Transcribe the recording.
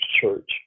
church